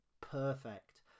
Perfect